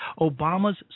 Obama's